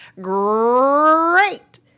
great